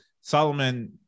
Solomon